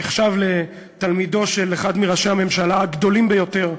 נחשב לתלמידו של אחד מראשי הממשלה הגדולים ביותר,